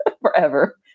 forever